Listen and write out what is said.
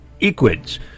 equids